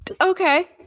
okay